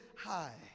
high